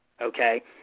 okay